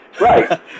Right